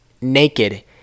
naked